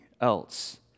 else